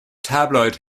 tabloid